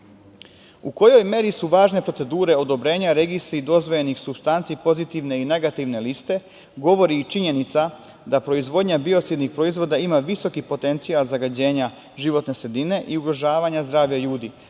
kojoj meri su važne procedure odobrenja registri dozvoljenih supstanci pozitivne i negativne liste, govori i činjenica da proizvodnja biocidnih proizvoda ima visok potencijal zagađenja životne sredine i ugrožavanja zdravlja ljudi,